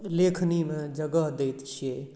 लेखनीमे जगह दैत छियै